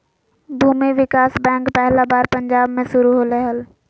भूमि विकास बैंक पहला बार पंजाब मे शुरू होलय हल